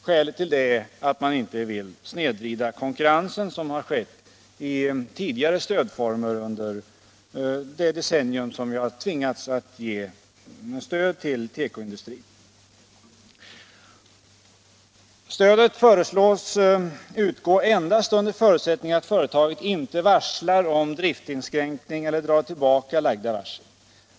Skälet är att man inte vill snedvrida konkurrensen, vilket till dels har skett i tidigare stödformer under det decennium som vi har tvingats ge stöd till tekoindustrin. Stödet föreslås utgå endast under förutsättning att företaget inte varslar om driftinskränkning eller drar tillbaka lagda varsel.